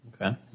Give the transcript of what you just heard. okay